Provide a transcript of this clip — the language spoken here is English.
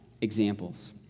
examples